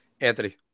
Anthony